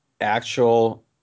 actual